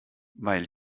weil